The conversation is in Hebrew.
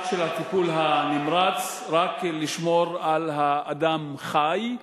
רק של הטיפול הנמרץ, רק לשמור על האדם חי,